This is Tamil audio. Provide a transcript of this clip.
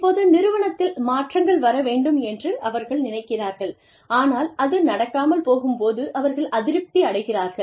இப்போது நிறுவனத்தில் மாற்றங்கள் வர வேண்டும் என்று அவர்கள் நினைக்கிறார்கள் ஆனால் அது நடக்காமல் போகும் போது அவர்கள் அதிருப்தி அடைகிறார்கள்